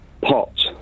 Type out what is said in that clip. Pot